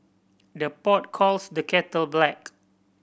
the pot calls the kettle black